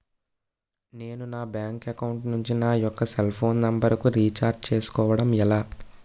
నేను నా bank account నుంచి నా యెక్క సెల్ ఫోన్ నంబర్ కు రీఛార్జ్ చేసుకోవడం ఎలా?